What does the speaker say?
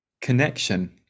connection